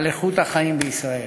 על איכות החיים בישראל.